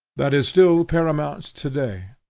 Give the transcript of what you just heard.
that is still paramount to-day,